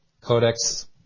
Codex